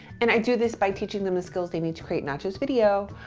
and i do this by teaching them the skills they need to create not just video,